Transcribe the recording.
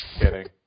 Kidding